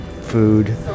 food